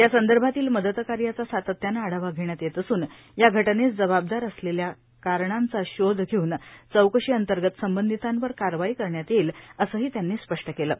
या संदर्भातील मदतकार्याचा सातत्याने आढावा घेण्यात येत असून या घटनेस जबाबदार असलेल्या कारणांचा शोध घेऊन चौकशी अंतर्गत संबंधितांवर कारवाई करण्यात येईल असेही त्यांनी स्पष्ट केले आहे